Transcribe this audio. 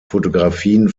fotografien